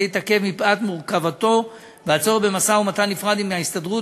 התעכב מפאת מורכבותו והצורך במשא-ומתן נפרד עם ההסתדרות